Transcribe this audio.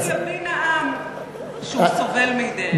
עד שיבין העם שהוא סובל מידיהם.